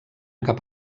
cap